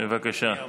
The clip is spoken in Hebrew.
עוד שנייה,